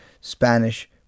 Spanish